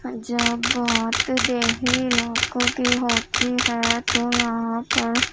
جب بات دیہی علاقوں کی ہوتی ہے تو یہاں پر